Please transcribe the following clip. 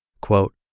Quote